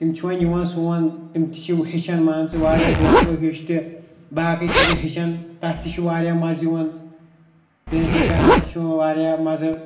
تِم چھِ وۄںۍ یِوان سون تِم تہِ ہیٚچھَن مان ژٕ واریاہ دوستو ہیٚچھ تہِ باقٕے تہِ چھِ ہیٚچھان تَتھ تہِ چھُ واریاہ مَزٕ یِوان پینٹِنٛگ کَرنَس تہِ چھِ یِوان واریاہ مَزٕ